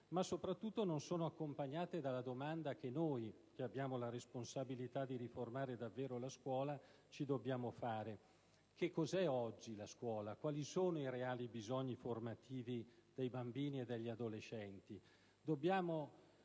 ma soprattutto non sono accompagnate dalla domanda che noi, che abbiamo la responsabilità di riformare davvero la scuola, ci dobbiamo porre: che cos'è oggi la scuola? Quali sono i reali bisogni formativi dei bambini e degli adolescenti? Dobbiamo